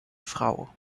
frau